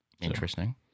Interesting